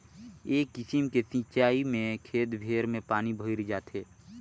ए किसिम के सिचाई में खेत भेर में पानी भयर जाथे